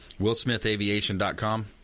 WillSmithAviation.com